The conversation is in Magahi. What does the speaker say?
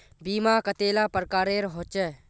बीमा कतेला प्रकारेर होचे?